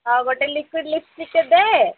ହଉ ଗୋଟେ ଲିକ୍ୟୁଇଡ଼୍ ଲିପ୍ଷ୍ଟିକ୍ଟେ ଦେ